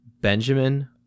Benjamin